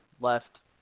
Left